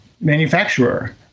manufacturer